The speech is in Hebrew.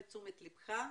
לתשומת ליבך,